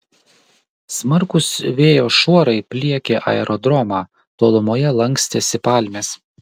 smarkūs vėjo šuorai pliekė aerodromą tolumoje lankstėsi palmės